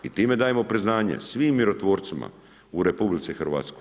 I time dajemo priznanje svim mirotvorcima u RH.